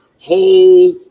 whole